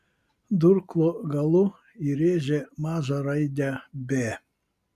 durklo galu įrėžė mažą raidę b